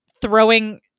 throwing